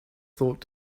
thought